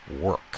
work